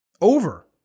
over